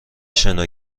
شنا